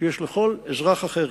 שיש לכל אזרח אחר.